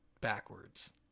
backwards